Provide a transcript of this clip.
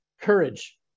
courage